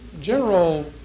general